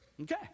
Okay